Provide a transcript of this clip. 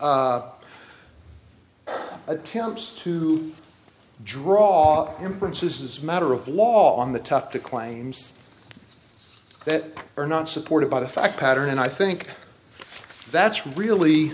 is attempts to draw inferences as matter of law on the tough to claims that are not supported by the fact pattern and i think that's really